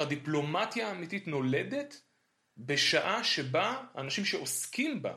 הדיפלומטיה האמיתית נולדת בשעה שבה האנשים שעוסקים בה